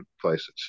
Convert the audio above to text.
places